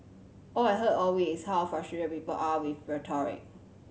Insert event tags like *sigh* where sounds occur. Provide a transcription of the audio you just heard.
all I've heard all week is how *unintelligible* people are with rhetoric